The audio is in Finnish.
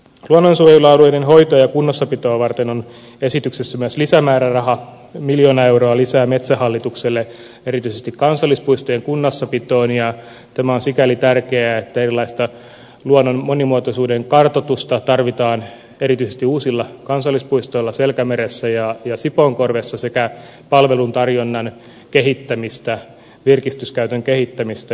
luonnonsuojelualueiden hoitoa ja kunnossapitoa varten on esityksessä myös lisämääräraha miljoona euroa lisää metsähallitukselle erityisesti kansallispuistojen kunnossapitoon ja tämä on sikäli tärkeää että erilaista luonnon monimuotoisuuden kartoitusta tarvitaan erityisesti uusissa kansallispuistoissa selkämeressä ja sipoonkorvessa sekä palvelutarjonnan kehittämistä virkistyskäytön kehittämistä